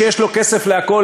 שיש לו כסף לכול,